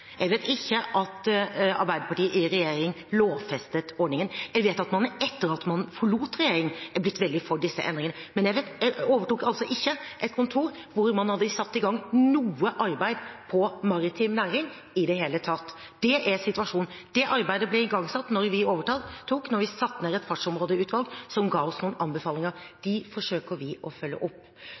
Jeg vet ikke at Arbeiderpartiet i regjering lovfestet ordningen. Jeg vet at man etter at man forlot regjering er blitt veldig for disse endringene, men jeg overtok altså ikke et kontor hvor man hadde satt i gang noe arbeid på maritim næring i det hele tatt. Det er situasjonen. Det arbeidet ble igangsatt da vi overtok, da vi satte ned et fartsområdeutvalg som ga oss noen anbefalinger. De forsøker vi å følge opp.